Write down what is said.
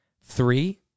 Three